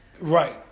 Right